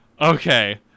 okay